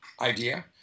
idea